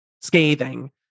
Scathing